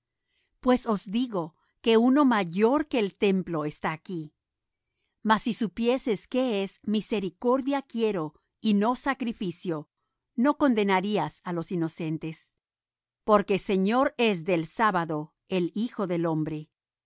pues os digo que uno mayor que el templo está aquí mas si supieseis qué es misericordia quiero y no sacrificio no condenarías á los inocentes porque señor es del sábado el hijo del hombre